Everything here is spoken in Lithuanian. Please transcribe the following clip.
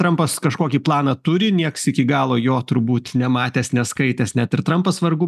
trampas kažkokį planą turi nieks iki galo jo turbūt nematęs neskaitęs net ir trampas vargu